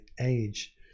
age